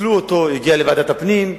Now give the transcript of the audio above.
פיצלו אותה, היא הגיעה לוועדת הפנים.